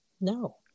No